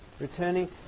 Returning